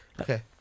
okay